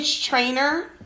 trainer